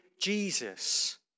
Jesus